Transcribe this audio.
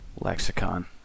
lexicon